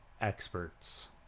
experts